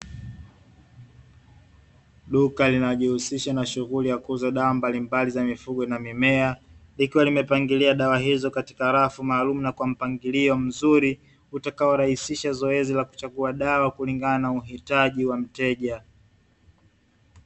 Duka linalojihusisha na shughuli za kuuza dawa mbalimbali za mifugo na mimea, likiwa limepangilia dawa hizo katika rafu maalumu na kwa mpangilio mzuri, utakaorahisisha zoezi la kuchagua dawa kulingana na uhitaji wa mteja.